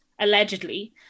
allegedly